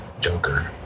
Joker